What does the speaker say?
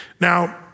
Now